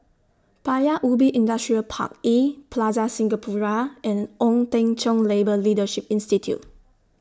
Paya Ubi Industrial Park E Plaza Singapura and Ong Teng Cheong Labour Leadership Institute